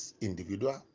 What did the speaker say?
individual